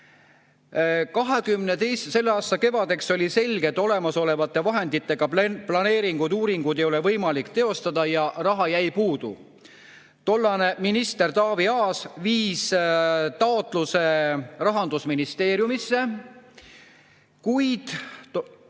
Selle aasta kevadeks oli selge, et olemasolevate vahenditega planeeritud uuringuid ei ole võimalik teostada, raha jäi puudu. Tollane minister Taavi Aas viis taotluse Rahandusministeeriumisse, kuid